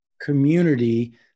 community